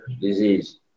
disease